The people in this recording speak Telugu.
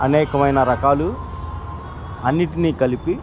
అనేకమైన రకాలు అన్నిటినీ కలిపి